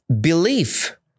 belief